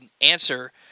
answer